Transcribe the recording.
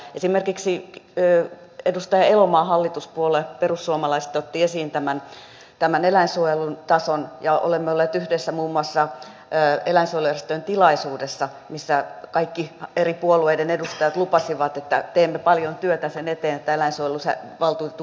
esimerkiksi edustaja elomaan hallituspuolue perussuomalaiset otti esiin tämän eläinsuojelun tason ja olemme olleet yhdessä muun muassa eläinsuojelujärjestöjen tilaisuudessa missä kaikki eri puolueiden edustajat lupasivat että teemme paljon työtä sen eteen että eläinsuojeluvaltuutetun virka säilyy